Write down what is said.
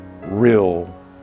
real